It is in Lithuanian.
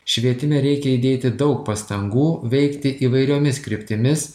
švietime reikia įdėti daug pastangų veikti įvairiomis kryptimis